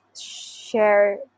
share